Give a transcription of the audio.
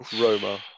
Roma